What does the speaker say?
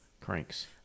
cranks